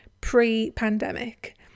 pre-pandemic